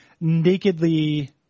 nakedly